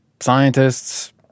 scientists